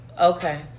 Okay